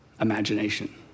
imagination